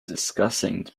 discussing